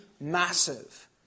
massive